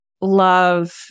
love